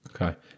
Okay